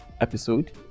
episode